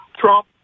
Trump